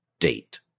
date